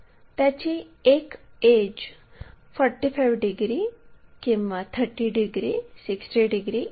त्याची एक edge 45 degree किंवा 30 डिग्री 60 डिग्री इ